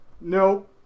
Nope